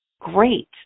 great